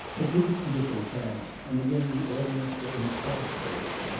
a brief interval passed and again the audience were in transports.